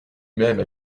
même